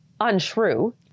untrue